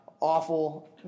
Awful